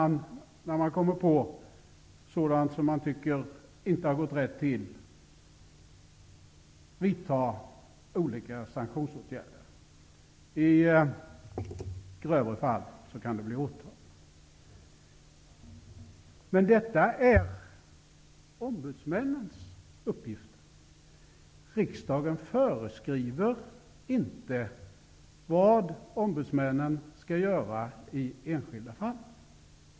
När man kommer på sådant som man inte tycker har gått rätt till kan JO vidta olika sanktionsåtgärder, i grövre fall kan det bli åtal. Detta är ombudsmännens uppgift. Riksdagen föreskriver inte vad ombudsmännen skall göra i enskilda fall.